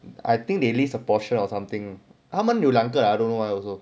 I think they leased a portion or something 他们有两个 I don't know why also